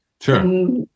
Sure